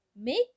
make